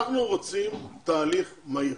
אנחנו רוצים תהליך מהיר.